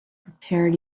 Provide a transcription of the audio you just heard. prepared